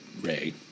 ray